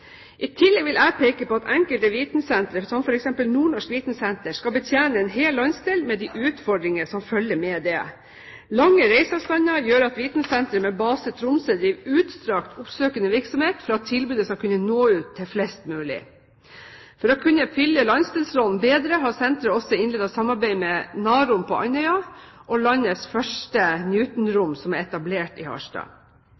I tillegg vil jeg peke på at enkelte vitensentre, som f.eks. Nordnorsk vitensenter, skal betjene en hel landsdel, med de utfordringer som følger med det. Lange reiseavstander gjør at Vitensenteret med base i Tromsø driver utstrakt oppsøkende virksomhet for at tilbudet skal kunne nå ut til flest mulig. For å kunne fylle landsdelsrollen bedre har senteret også innledet samarbeid med NAROM på Andøya og landets første